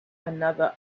another